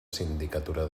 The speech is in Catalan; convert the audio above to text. sindicatura